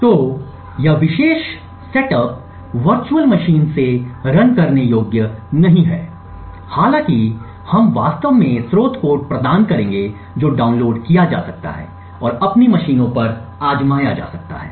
तो यह विशेष सेटअप वर्चुअल मशीन से रन करने योग्य नहीं हो सकता है हालांकि हम वास्तव में स्रोत कोड प्रदान करेंगे जो डाउनलोड किया जा सकता है और अपनी मशीनों पर आज़माया जा सकता है